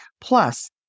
Plus